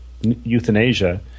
euthanasia